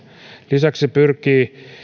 lisäksi se pyrkii